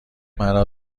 مرا